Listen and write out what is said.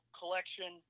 collection